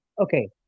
Okay